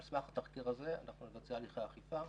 על סמך התחקיר הזה אנחנו נבצע הליכי אכיפה.